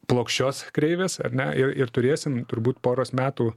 plokščios kreivės ar ne ir ir turėsim turbūt poros metų